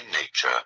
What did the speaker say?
nature